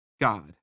God